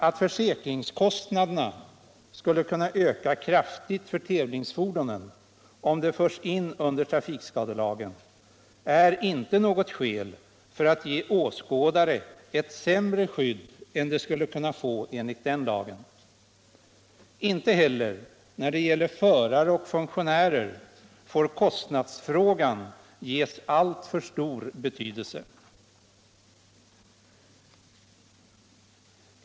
Att försäkringskostnaderna skulle kunna öka kraftigt för tävlingsfordonen, om de förs in under trafikskadelagen, är inte något skäl för att ge åskådare ett sämre skydd än de skulle kunna få enligt den lagen. Inte heller när det gäller förare och funktionärer får kostnadsfrågan ges alltför stor betydelse.